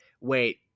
wait